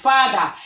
Father